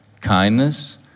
kindness